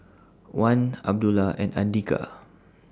Wan Abdullah and Andika